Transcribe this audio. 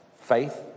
faith